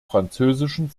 französischen